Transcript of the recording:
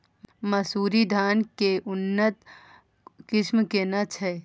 मानसुरी धान के उन्नत किस्म केना छै?